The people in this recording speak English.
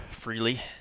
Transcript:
freely